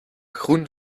groen